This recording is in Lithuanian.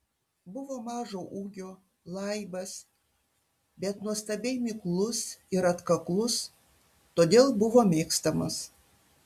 buvo mažo ūgio laibas bet nuostabiai miklus ir atkaklus todėl buvo mėgstamas